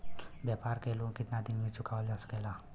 व्यापार के लोन कितना दिन मे चुकावल जा सकेला?